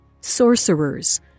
sorcerers